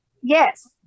Yes